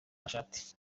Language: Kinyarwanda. mashati